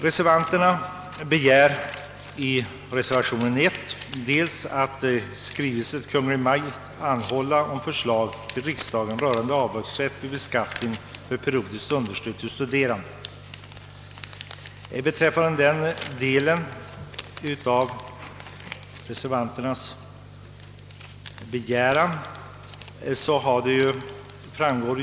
Reservanterna i reservationen 1 begär att riksdagen i skrivelse till Kungl. Maj:t anhåller om förslag till riksdagen rörande avdragsrätt vid beskattningen för periodiskt understöd till studerande.